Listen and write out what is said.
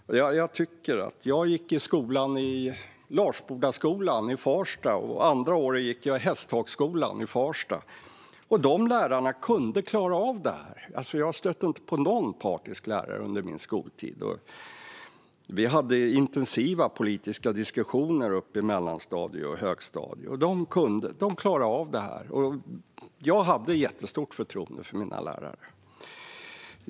Jag gick i Larsbodaskolan och andra året i Hästhagsskolan i Farsta, och lärarna där kunde klara av detta. Jag stötte inte på någon partisk lärare under min skoltid. Vi hade intensiva politiska diskussioner i mellan och högstadiet, och lärarna klarade av detta. Jag hade jättestort förtroende för mina lärare.